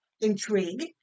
intrigue